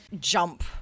jump